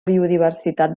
biodiversitat